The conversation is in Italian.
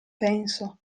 penso